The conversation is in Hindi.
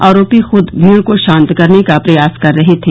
आरोपी खुद भीड को शांत करने का प्रयास कर रहे थे